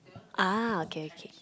ah okay okay